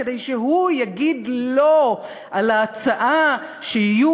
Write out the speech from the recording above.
כדי שהוא יגיד לא על ההצעה שיהיו